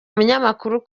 umunyamakuru